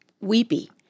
weepy